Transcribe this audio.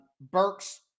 Burks